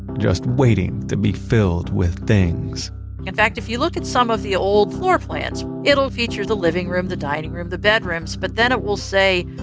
just waiting to be filled with, things in fact, if you look at some of the old floor plans, it'll feature the living room, the dining room, the bedrooms. but then it will say,